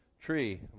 Tree